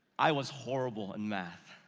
i was horrible in math.